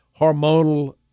hormonal